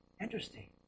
Interesting